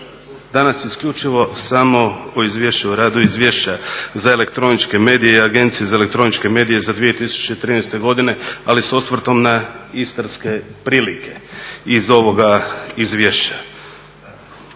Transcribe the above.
Danas isključivo samo o radu Izvješća za elektroničke medije i Agencije za elektroničke medije za 2013.godinu, ali s osvrtom na istarske prilike iz ovoga izvješća.